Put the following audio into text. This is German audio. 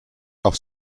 auf